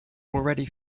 already